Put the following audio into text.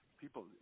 People